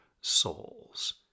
souls